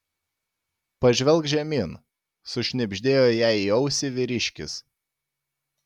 pažvelk žemyn sušnibždėjo jai į ausį vyriškis